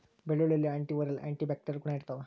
ಬೆಳ್ಳುಳ್ಳಿಯಲ್ಲಿ anti viral anti bacterial ಗುಣ ಇರ್ತಾವ